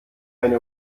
eine